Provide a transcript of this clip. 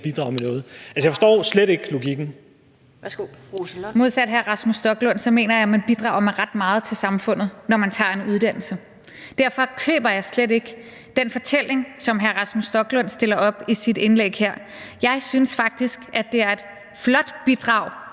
Værsgo, fru Rosa Lund. Kl. 15:10 Rosa Lund (EL): Modsat hr. Rasmus Stoklund mener jeg, at man bidrager med ret meget til samfundet, når man tager en uddannelse. Derfor køber jeg slet ikke den fortælling, som hr. Rasmus Stoklund stiller op i sit indlæg her. Jeg synes faktisk, at det er et flot bidrag,